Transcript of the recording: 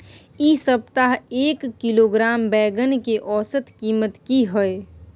इ सप्ताह एक किलोग्राम बैंगन के औसत कीमत की हय?